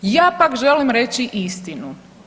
Ja pak želim reći istinu.